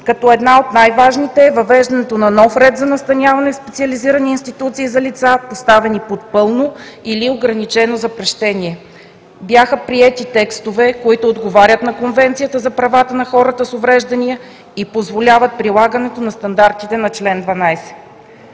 като една от най-важните е въвеждането на нов ред за настаняване в специализирани институции за лица, поставени под пълно или ограничено запрещение. Бяха приети текстове, които отговарят на Конвенцията за правата на хората с увреждания и позволяват прилагането на стандартите на чл. 12.